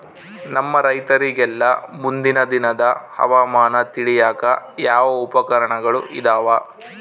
ನಮ್ಮ ರೈತರಿಗೆಲ್ಲಾ ಮುಂದಿನ ದಿನದ ಹವಾಮಾನ ತಿಳಿಯಾಕ ಯಾವ ಉಪಕರಣಗಳು ಇದಾವ?